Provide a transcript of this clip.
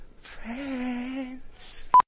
friends